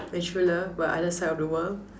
my true love but other side of the world